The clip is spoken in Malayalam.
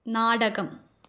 നാടകം